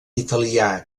italià